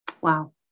Wow